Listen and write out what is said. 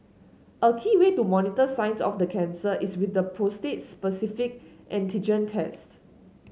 a key way to monitor signs of the cancer is with the prostate specific antigen test